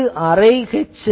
இது அரை HIRA